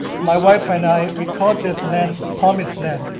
my wife and i, we called this land promised land.